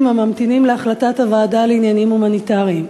הממתינים להחלטת הוועדה לעניינים הומניטריים.